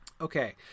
Okay